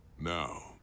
Now